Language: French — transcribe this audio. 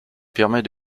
permet